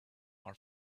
are